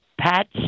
Pat